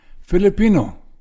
Filipino